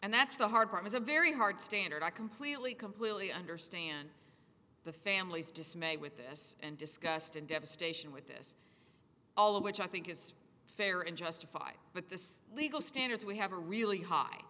and that's the hard part is a very hard standard i completely completely understand the family's dismay with this and disgust and devastation with this all of which i think is fair and justified but this legal standards we have a really high